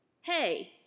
hey